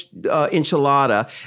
enchilada